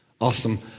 Awesome